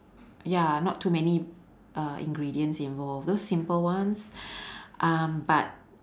ya not too many uh ingredients involve those simple ones um but